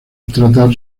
tratar